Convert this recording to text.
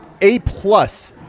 A-plus